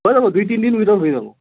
হৈ যাব দুই তিনিদিন ভিতৰত হৈ যাব